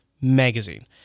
magazine